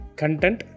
content